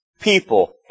people